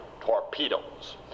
torpedoes